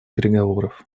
переговоров